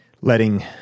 letting